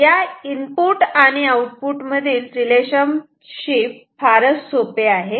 या इनपुट आणि आउटपुट मधील रिलेशनशिप फारच सोपे आहे